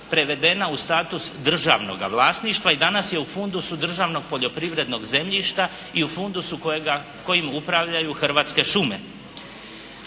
prevedena u status državnoga vlasništva i danas je u fundusu državnog poljoprivrednog zemljišta i u fundusu kojim upravljaju Hrvatske šume.